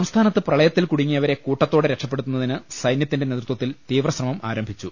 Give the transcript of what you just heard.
സംസ്ഥാനത്ത് പ്രളയത്തിൽ കുടുങ്ങിയവരെ കൂട്ടത്തോടെ രക്ഷപ്പെടുത്തുന്നതിന് സൈന്യത്തിന്റെ നേതൃത്വത്തിൽ തീവ്രശ്രമം ആരംഭിച്ചു